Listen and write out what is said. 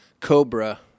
Cobra